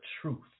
truth